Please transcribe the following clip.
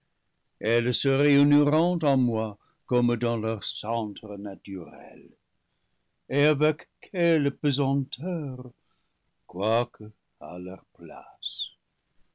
elles se réuniront en moi comme dans leur centre naturel et avec quelle pesanteur quoique à leur place